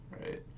right